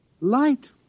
Light